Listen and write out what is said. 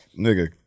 nigga